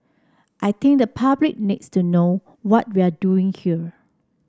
I think the public needs to know what we're doing here